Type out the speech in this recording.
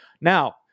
Now